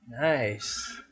Nice